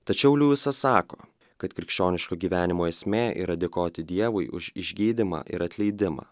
tačiau liujisas sako kad krikščioniško gyvenimo esmė yra dėkoti dievui už išgydymą ir atleidimą